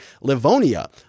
Livonia